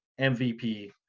MVP